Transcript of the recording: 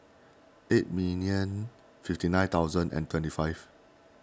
eight million fifty nine thousand and twenty five